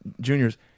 juniors